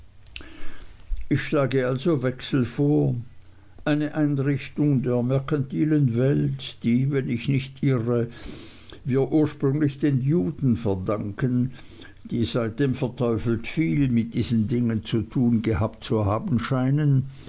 ich schlage also wechsel vor eine einrichtung der merkantilen welt die wir wenn ich nicht irre ursprünglich den juden verdanken die seitdem verteufelt viel mit diesen dingen zu tun gehabt zu haben scheinen